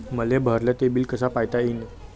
मले भरल ते बिल कस पायता येईन?